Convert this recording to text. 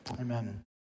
Amen